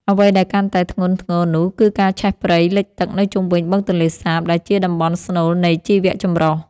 អ្វីដែលកាន់តែធ្ងន់ធ្ងរនោះគឺការឆេះព្រៃលិចទឹកនៅជុំវិញបឹងទន្លេសាប ដែលជាតំបន់ស្នូលនៃជីវចម្រុះ។